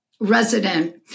resident